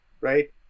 right